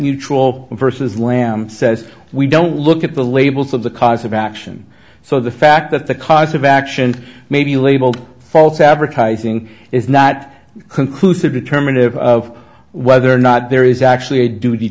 troll versus lamb says we don't look at the labels of the causes of action so the fact that the cause of action may be labeled false advertising is not conclusive determinative of whether or not there is actually a duty